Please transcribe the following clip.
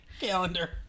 calendar